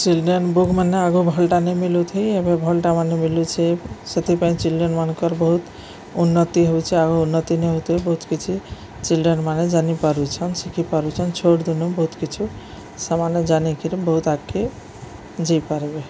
children book ମାନେ ଆଗକୁ ଭଲଟା ନେଇ ମିଲୁଥି ଏବେ ଭଲଟା ମାନ ମିଲୁଛେ ସେଥିପାଇଁ ଚିଲଡ୍ରେନମାନଙ୍କର ବହୁତ ଉନ୍ନତି ହଉଛେ ଆଉ ଉନ୍ନତି ନ ହଉଥି ବହୁତ କିଛି ଚିଲଡ୍ରେନ ମାନେ ଜାଣିପାରୁଛନ୍ ଶିଖି ପାରୁଛନ୍ ଛୋଟ୍ ଦିନୁଁ ବହୁତ କିଛି ସେମାନେ ଜାନିକିରି ବହୁତ ଆଗ୍କେ ଯେଇପାରିବେ